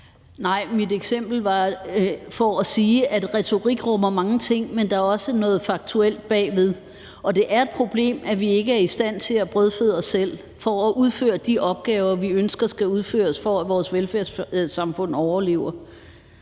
Mit eksempel var der for at sige, at retorik rummer mange ting, men der er også noget faktuelt bagved, og det er et problem, at vi ikke er i stand til at brødføde os selv i forhold til at udføre de opgaver, vi ønsker skal udføres, for at vores velfærdssamfund overlever.